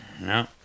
No